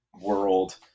world